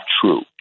true